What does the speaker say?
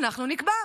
אנחנו נקבע.